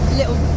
little